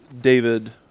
David